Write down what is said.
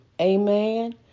Amen